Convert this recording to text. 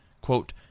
quote